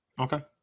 Okay